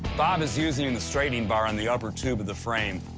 bob is using and the straightening bar on the upper tube of the frame.